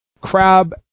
Crab